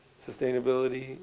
sustainability